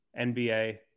NBA